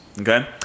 okay